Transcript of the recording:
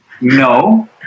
No